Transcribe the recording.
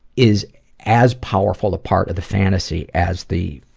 is as powerful a part of the fantasy, as the,